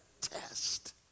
test